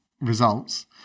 results